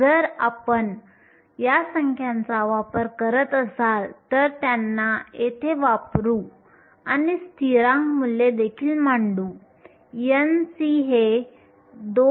जर आपण या संख्यांचा वापर करत असाल तर त्यांना येथे वापरू आणि स्थिरांक मूल्ये देखील मांडू Nc हे 2